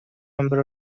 number